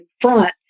front